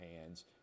hands